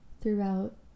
throughout